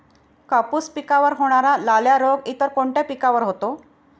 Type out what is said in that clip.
कापूस पिकावर होणारा लाल्या रोग इतर कोणत्या पिकावर होतो?